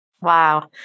Wow